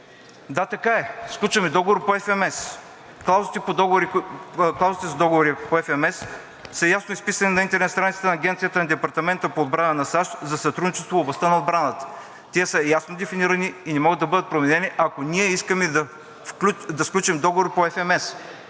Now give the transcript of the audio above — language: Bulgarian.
Да, така е, сключваме договори по FMS и клаузите за договори по FMS са ясно изписани на интернет страницата на Агенцията на Департамента по отбрана на САЩ за сътрудничество в областта на отбраната. Те са ясно дефинирани и не могат да бъдат променени, ако ние искаме да сключим договор по FMS,